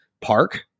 Park